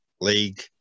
league